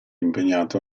impegnato